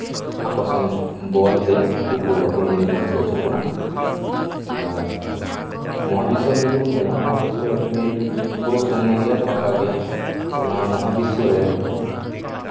ᱟᱠᱚᱨᱥᱚᱱ ᱵᱚᱞ ᱛᱮ ᱩᱱᱠᱩ ᱟᱠᱚ ᱱᱤᱡᱮ ᱱᱤᱡᱮ ᱦᱚᱭᱛᱳ ᱠᱚ ᱟᱹᱪᱩᱨᱚᱜ ᱠᱟᱱᱟ ᱟᱨ ᱢᱚᱦᱟ ᱵᱤᱥᱥᱚ ᱨᱮ ᱡᱩᱫᱤ ᱵᱚᱱ ᱧᱮᱞᱟ ᱢᱚᱦᱟ ᱵᱤᱥᱥᱚ ᱫᱚ ᱮᱠᱪᱩᱞᱞᱤ ᱯᱩᱨᱚ ᱥᱩᱱᱱᱚ ᱜᱮᱭᱟ ᱯᱷᱟᱠᱟ ᱜᱮᱭᱟ ᱛᱳ ᱚᱱᱟ ᱢᱚᱦᱟ ᱵᱤᱥᱥᱚ ᱨᱮ